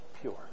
Pure